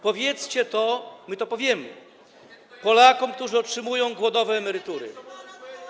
Powiedzcie to - my to powiemy - Polakom, którzy otrzymują głodowe emerytury.